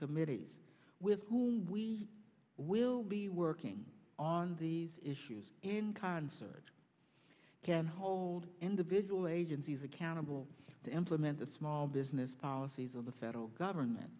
committees with who we will be working on these issues in concert can hold individual agencies accountable to implement the small business policies of the federal government